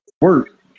work